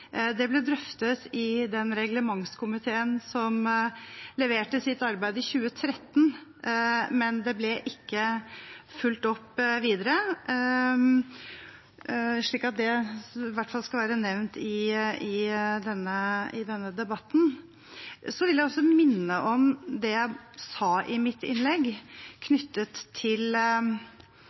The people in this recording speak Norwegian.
Det ble drøftet i den reglementskomiteen som leverte sitt arbeid i 2013, men det ble ikke fulgt opp videre. Så er det i hvert fall nevnt i denne debatten. Jeg vil også minne om det jeg sa i mitt innlegg knyttet til